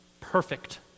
perfect